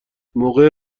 موقع